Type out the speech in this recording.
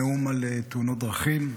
נאום על תאונות דרכים,